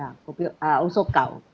ya kopi O uh also gao